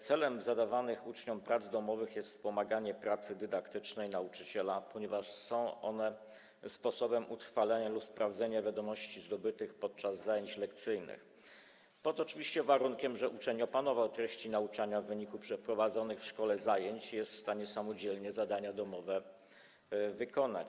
Celem zadawanych uczniom prac domowych jest wspomaganie pracy dydaktycznej nauczyciela, ponieważ są one sposobem utrwalenia lub sprawdzenia wiadomości zdobytych podczas zajęć lekcyjnych, oczywiście pod warunkiem że uczeń opanował treści nauczania w wyniku przeprowadzonych w szkole zajęć i jest w stanie samodzielnie zadania domowe wykonać.